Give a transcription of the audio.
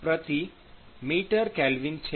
K છે